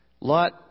Lot